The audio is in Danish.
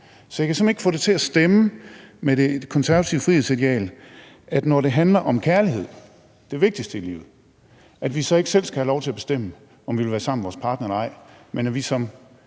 Så jeg kan simpelt hen ikke få det til at stemme med det konservative frihedsideal, at når det handler om kærlighed – det vigtigste i livet – skal vi ikke selv have lov til at bestemme, om vi vil være sammen med vores partner eller ej, men at vi som